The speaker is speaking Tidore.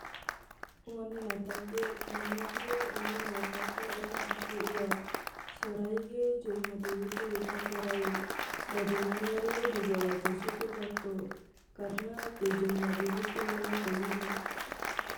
ngone na takdir nena ge ngone yo fato ena aku ua, sorai ge jou madihutu yo fato rai, dadi ngone re duga waca sukur bato. karna te jou madihutu ngone koliho.